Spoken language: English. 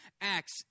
Acts